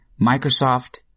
Microsoft